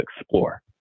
explore